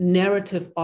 narrative